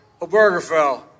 Obergefell